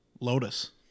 Lotus